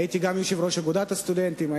הייתי יושב-ראש אגודת הסטודנטים,